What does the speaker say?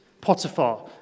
Potiphar